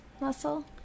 muscle